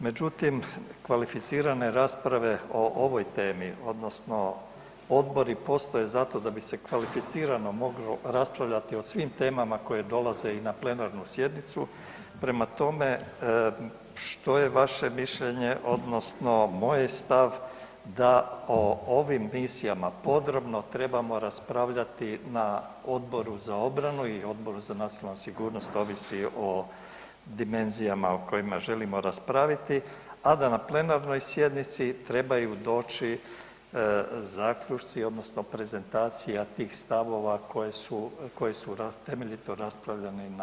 Međutim, kvalificirane rasprave o ovoj temi, odnosno odbori postoje zato da bi se kvalificirano moglo raspravljati o svim temama koje dolaze i na plenarnu sjednicu, prema tome, što je vaše mišljenje, odnosno moj je stav da o ovim misijama podrobno trebamo raspravljati na Odboru za obranu i Odboru za nacionalnu sigurnost, ovisni o dimenzijama o kojima želimo raspraviti, a da na plenarnoj sjednici trebaju doći zaključci odnosno prezentacija tih stavova koji su temeljito raspravljani na odboru.